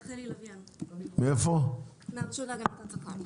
אני מהרשות להגנת הצרכן.